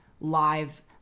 live